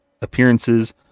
appearances